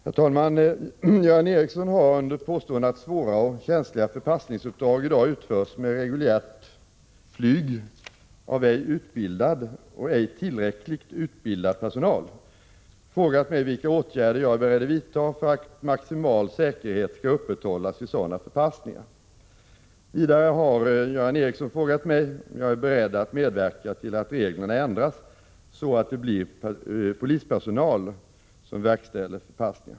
Herr talman! Göran Ericsson har — under påstående att svåra och känsliga förpassningsuppdrag i dag utförs med reguljärt flyg av ej utbildad eller ej tillräckligt utbildad personal — frågat mig vilka åtgärder jag är beredd att vidta för att maximal säkerhet skall upprätthållas vid sådana förpassningar. Vidare har Göran Ericsson frågat mig om jag är beredd att medverka till att reglerna ändras så att det blir polispersonal som verkställer förpassningar.